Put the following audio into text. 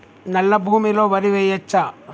నల్లా భూమి లో వరి వేయచ్చా?